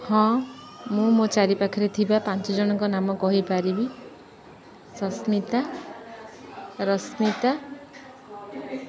ହଁ ମୁଁ ମୋ ଚାରି ପାାଖରେ ଥିବା ପାଞ୍ଚ ଜଣଙ୍କ ନାମ କହିପାରିବି ସସ୍ମିତା ରଶ୍ମିତା